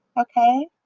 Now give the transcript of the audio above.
okay